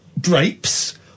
Drapes